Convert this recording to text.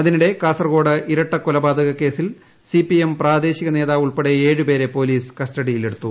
അതിനിടെ കാസ്സർകോട്ട് ഇരട്ടക്കൊലപാതക കേസിൽ സിപിഎം പ്രാദേശിക നേരിാപ്പ് ഉൾപ്പെടെ ഏഴ് പേരെ പോലീസ് കസ്റ്റഡിയിലെടുത്തു